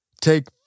take